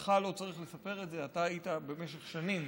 ולך לא צריך לספר את זה, אתה היית במשך שנים